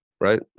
right